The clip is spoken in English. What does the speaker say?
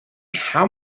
how